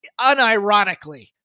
unironically